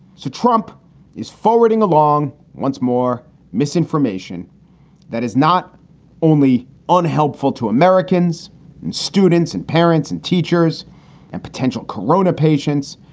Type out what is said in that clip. so trump is forwarding along once more misinformation that is not only unhelpful to americans and students and parents and teachers and potential korona patients,